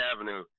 Avenue